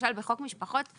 למשל בחוק משפחות,